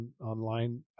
online